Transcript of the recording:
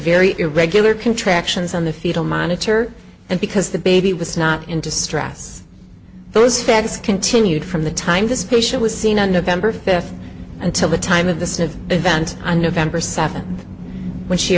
very irregular contractions on the fetal monitor and because the baby was not in distress those fads continued from the time this patient was seen on november fifth until the time of the event on november seventh when she